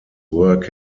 work